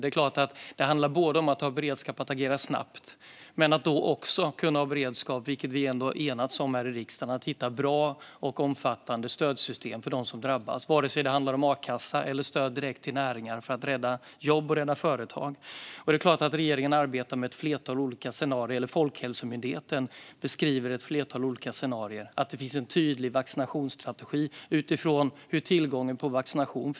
Det handlar om att både ha beredskap att agera snabbt och hitta bra och omfattande stödsystem för dem som drabbas, vilket vi har enats om i riksdagen. Det kan gälla a-kassa eller stöd direkt till näringarna för att rädda jobb och företag. Regeringen arbetar utifrån flera olika scenarier som Folkhälsomyndigheten beskriver. Det finns också en tydlig vaccinationsstrategi utifrån tillgången till vaccin.